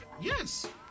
Yes